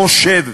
חושב